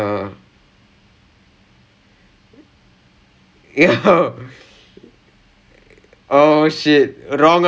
I like the first thing I think about is like the back when I hear that there were there were அந்த மாதிரி:antha maathiri then I'm like ah